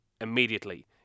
immediately